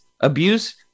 abuse